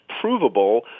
provable